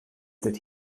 did